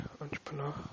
entrepreneur